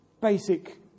basic